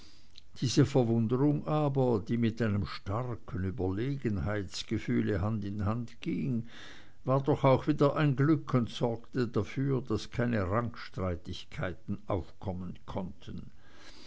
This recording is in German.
diese verwunderung aber die mit einem starken überlegenheitsgefühl hand in hand ging war doch auch wieder ein glück und sorgte dafür daß keine rangstreitigkeiten aufkommen konnten